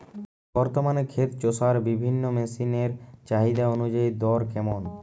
বর্তমানে ক্ষেত চষার বিভিন্ন মেশিন এর চাহিদা অনুযায়ী দর কেমন?